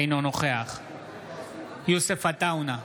אינו נוכח יוסף עטאונה,